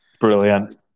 Brilliant